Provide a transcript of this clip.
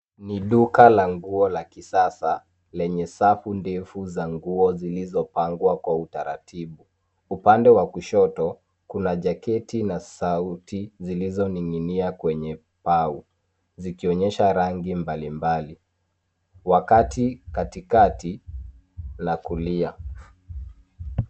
Ni duka la nguo la kisasa lenye safu ndefu za nguo zilizopangwa kwa utaratibu. Upande wa kushoto kuna jaketi na suti zilizoning'inia kwenye paa zikionyesha rangi mbali mbali, wakati katikati la kulia.